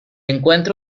encuentra